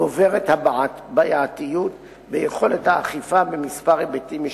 גוברת הבעייתיות ביכולת האכיפה בכמה היבטים,